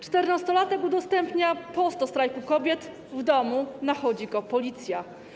Czternastolatek udostępnia post o Strajku Kobiet, w domu nachodzi go policja.